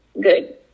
good